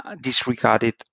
disregarded